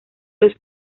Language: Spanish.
los